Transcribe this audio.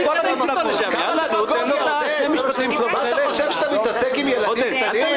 אתה חושב שאתה מתעסק עם ילדים קטנים?